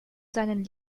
seinen